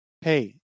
hey